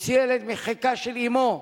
מוציא ילד מחיקה של אמו.